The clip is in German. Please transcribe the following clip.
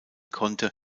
konnte